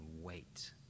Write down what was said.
wait